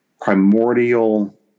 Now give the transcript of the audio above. primordial